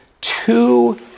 two